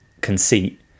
conceit